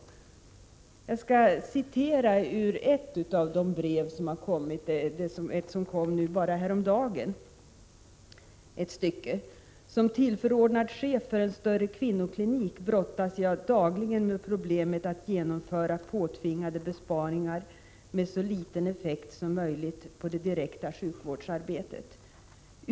Som exempel kan jag citera ett avsnitt ur ett brev som kom häromdagen: ”Som tillförordnad chef för en större kvinnoklinik brottas jag dagligen med problemet att genomföra påtvingade besparingar med så liten effekt som möjligt på det direkta sjukvårdsarbetet.